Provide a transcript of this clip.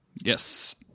Yes